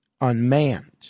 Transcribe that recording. unmanned